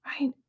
Right